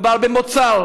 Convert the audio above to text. מדובר במוצר